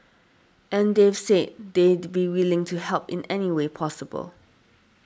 and they've said they'd be willing to help in any way possible